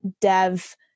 dev